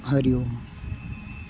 हरिः ओम्